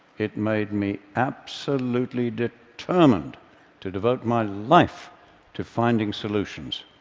it made me absolutely determined to devote my life to finding solutions.